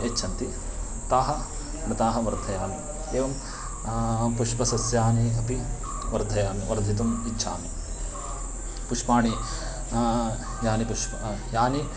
यच्छन्ति ताः लताः वर्धयामि एवं पुष्पसस्यानि अपि वर्धयामि वर्धितुम् इच्छामि पुष्पाणि यानि पुष्पं यानि